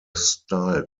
style